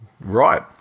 right